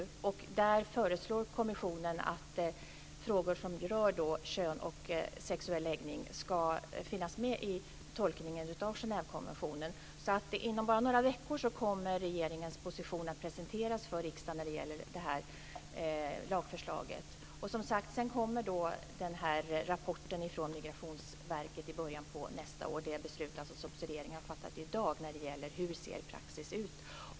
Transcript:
Kommissionen föreslår att frågor som rör kön och sexuell läggning ska finnas med i tolkningen av Genèvekonventionen. Inom bara några veckor kommer regeringens position alltså att presenteras för riksdagen när det gäller det här lagförslaget. Och sedan kommer, som sagt, den här rapporten från Migrationsverket i början av nästa år. Det är det beslut som regeringen har fattat i dag när det gäller hur praxis ser ut.